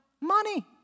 money